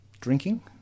drinking